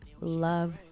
Love